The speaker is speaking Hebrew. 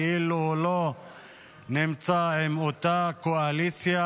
כאילו הוא לא נמצא באותה קואליציה